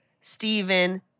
Stephen